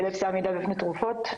זאת אפילפסיה עמידה בפני תרופות.